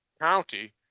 County